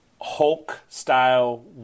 Hulk-style